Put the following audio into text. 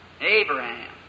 Abraham